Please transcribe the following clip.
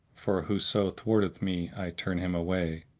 for whoso thwarteth me i turn him away,